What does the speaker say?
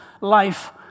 life